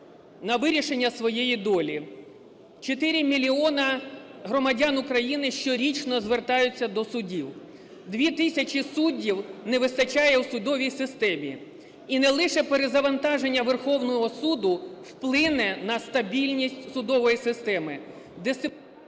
на вирішення своєї долі. Чотири мільйони громадян України щорічно звертаються до судів. Дві тисячі суддів не вистачає у судовій системі. І не лише перезавантаження Верховного Суду вплине на стабільність судової системи.